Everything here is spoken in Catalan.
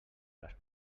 les